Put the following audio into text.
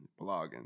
Blogging